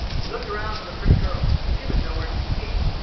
he looked around for the pretty girl, but she was nowhere to be seen.